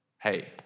Hey